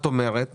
את אומרת